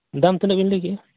ᱫᱟᱢ ᱛᱤᱱᱟᱹᱜ ᱵᱤᱱ ᱞᱟᱹᱭ ᱠᱮᱫᱟ